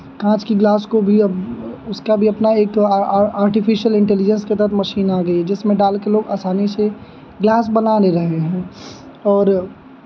काँच की गिलास को भी अब उसका भी अपना एक आर्टिफ़िशियल इंटेलिजेन्स के तहत मशीन आ गई है जिसमें डाल के लोग असानी से ग्लास बना ले रहे हैं और